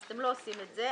אז אתם לא עושים את זה.